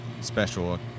special